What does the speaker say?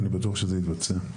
אני בטוח שזה יתבצע.